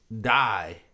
die